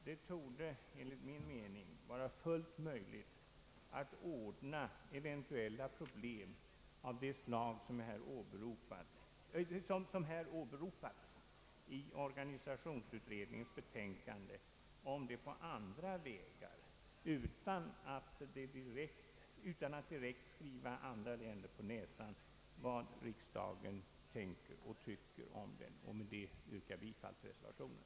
Det borde enligt min mening vara fullt möjligt att ordna eventuella problem av det slag som åberopas i organisationsutredningens betänkande på andra vägar utan att man direkt behöver skriva andra länder på näsan vad riksdagen tänker och tycker om dem. Med detta ber jag att få yrka bifall till reservationen.